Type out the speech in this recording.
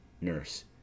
Nurse